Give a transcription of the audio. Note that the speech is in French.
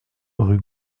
rue